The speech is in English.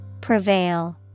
Prevail